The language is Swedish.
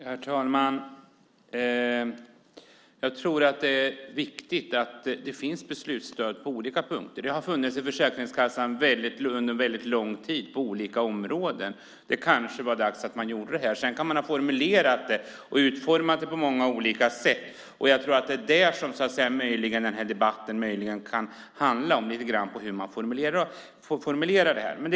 Herr talman! Jag tror att det är viktigt att det finns beslutsstöd på olika punkter. Det har funnits i Försäkringskassan under lång tid på olika områden. Det kanske var dags att göra detta. Man kan ha formulerat det och utformat det på många olika sätt. Jag tror möjligen att det är det som den här debatten kan handla om.